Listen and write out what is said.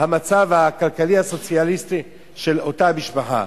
המצב הכלכלי-הסוציאלי של אותה משפחה.